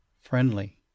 friendly